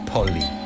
Polly